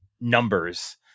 numbers